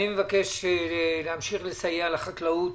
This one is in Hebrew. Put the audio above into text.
מבקש להמשיך לסייע לחקלאות.